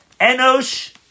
Enosh